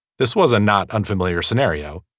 this was a not unfamiliar scenario.